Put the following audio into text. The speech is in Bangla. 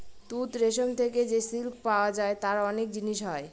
তুত রেশম থেকে যে সিল্ক পাওয়া যায় তার অনেক জিনিস হয়